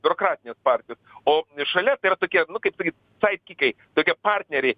biurokratinės partijos o šalia tai yra tokie kaip sakyt said kikai tokie partneriai